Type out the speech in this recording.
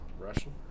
Russian